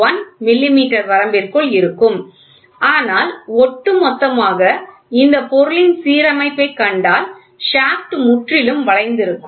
1 millimetre வரம்பிற்குள் இருக்கும் ஆனால் ஒட்டுமொத்தமாக இந்த பொருளின் சீரமைப்பைக் கண்டால் ஷாப்ட் முற்றிலும் வளைந்திருக்கும்